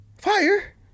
fire